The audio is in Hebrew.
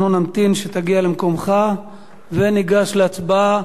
אנחנו נמתין שתגיע למקומך וניגש להצבעה.